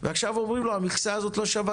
ועכשיו אומרים לו המכסה הזאת לא שווה